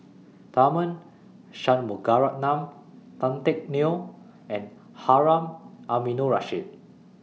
Tharman Shanmugaratnam Tan Teck Neo and Harun Aminurrashid